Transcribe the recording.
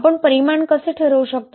आपण परिमाण कसे ठरवू शकतो